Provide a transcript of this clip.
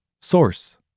Source